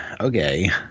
okay